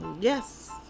Yes